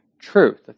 truth